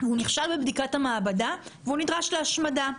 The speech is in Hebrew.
והוא נכשל בבדיקת המעבדה הזאת ונדרש להשמדה.